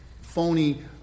phony